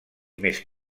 més